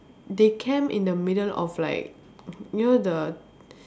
they camp in the middle of like you know the